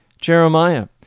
Jeremiah